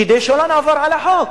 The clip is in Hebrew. כדי שלא נעבור על החוק.